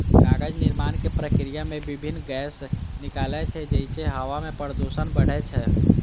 कागज निर्माणक प्रक्रिया मे विभिन्न गैस निकलै छै, जइसे हवा मे प्रदूषण बढ़ै छै